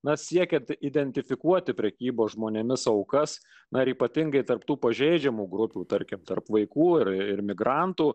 nuolat siekiant identifikuoti prekybos žmonėmis aukas ar ypatingai tarp tų pažeidžiamų grupių tarkim tarp vaikų ir migrantų